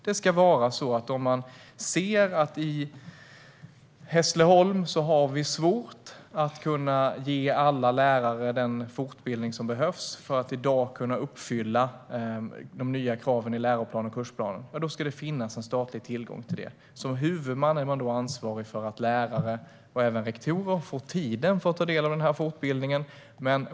Det ska finnas statlig tillgång till fortbildning om man i till exempel Hässleholm har svårt att kunna ge alla lärare den fortbildning som behövs för att uppfylla de nya kraven i läroplan och kursplaner. Som huvudman är man då ansvarig för att lärare, och även rektorer, får tid för att ta del av denna fortbildning.